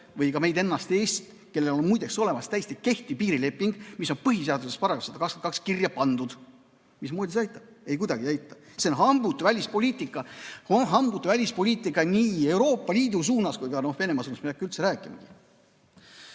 või ka meid ennast, Eestit, kellel on muideks olemas täiesti kehtiv piirileping, mis on põhiseaduse §-s 122 kirja pandud? Mismoodi see aitab? Ei kuidagi ei aita. See on hambutu välispoliitika, see on hambutu välispoliitika nii Euroopa Liidu suunas kui ka Venemaa suunas, sellest ma ei hakka üldse rääkimagi.